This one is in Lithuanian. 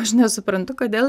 aš nesuprantu kodėl